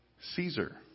Caesar